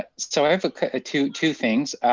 ah so i have two two things.